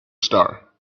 star